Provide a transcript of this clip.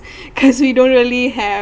cause we don't really have